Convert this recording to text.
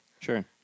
Sure